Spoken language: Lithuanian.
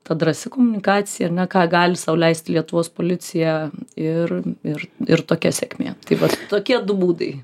ta drąsi komunikacija ar ne ką gali sau leisti lietuvos policija ir ir ir tokia sėkmė taip pat tokie du būdai